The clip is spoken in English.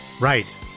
Right